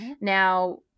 now